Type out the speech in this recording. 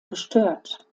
gestört